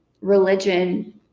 religion